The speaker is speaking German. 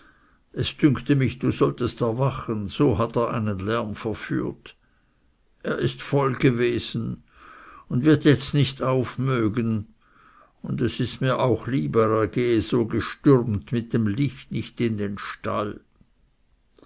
es dünkte mich du solltest erwachen so hat er einen lärm verführt er ist voll gewesen und wird jetzt nicht auf mögen und es ist mir auch lieber er gehe so gestürmt mit dem licht nicht in den stall